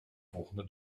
volgende